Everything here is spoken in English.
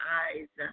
eyes